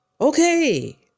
okay